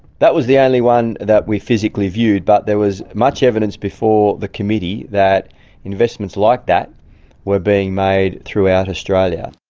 that was the only one that we physically viewed, but there was much evidence before the committee that investments like that were being made throughout australia.